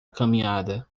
caminhada